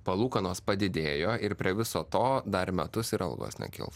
palūkanos padidėjo ir prie viso to dar metus ir algos nekils